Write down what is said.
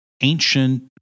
ancient